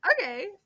Okay